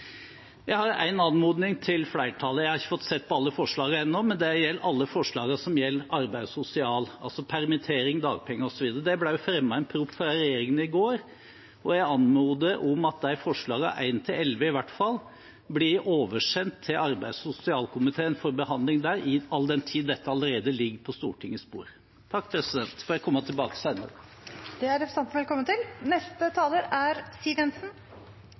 Jeg har én anmodning til flertallet. Jeg har ikke fått sett på alle forslagene ennå, men det gjelder alle forslagene som gjelder arbeids- og sosialområdet – altså permittering, dagpenger osv. Det ble jo fremmet en proposisjon fra regjeringen i går, og jeg anmoder om at de forslagene, nr. 1–11 i hvert fall, blir oversendt til arbeids- og sosialkomiteen for behandling der, all den tid dette allerede ligger på Stortingets bord. Så får jeg komme tilbake senere. Det er representanten velkommen til.